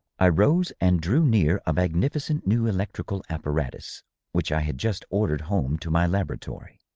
i rose and drew near a magnificent new electrical appa ratus which i had just ordered home to my laboratory.